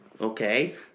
okay